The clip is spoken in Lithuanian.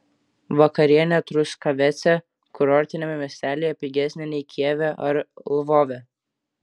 vakarienė truskavece kurortiniame miestelyje pigesnė nei kijeve ar lvove